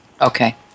Okay